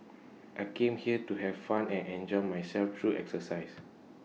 I came here to have fun and enjoy myself through exercise